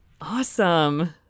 Awesome